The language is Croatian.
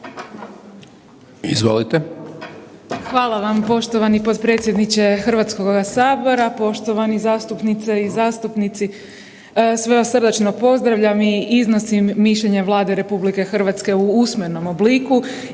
(HDZ)** Hvala vam poštovani potpredsjedniče Hrvatskoga sabora. Poštovane zastupnice i zastupnici, sve vas srdačno pozdravljam. Iznosim mišljenje Vlade RH u usmenom obliku